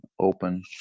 open